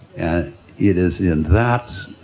and it is in that